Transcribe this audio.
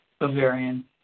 Bavarian